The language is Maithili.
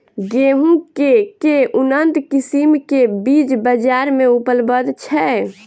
गेंहूँ केँ के उन्नत किसिम केँ बीज बजार मे उपलब्ध छैय?